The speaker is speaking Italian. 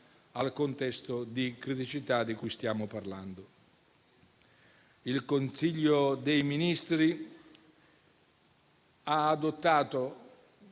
al contesto di criticità di cui stiamo parlando. Il Consiglio dei ministri ha adottato,